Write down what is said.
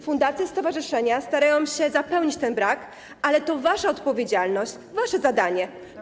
Fundacje, stowarzyszenia starają się zapełnić ten brak, ale to wasza odpowiedzialność, wasze zadanie.